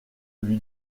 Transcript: lui